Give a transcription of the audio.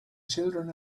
children